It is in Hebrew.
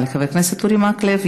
תודה רבה לחבר הכנסת אורי מקלב.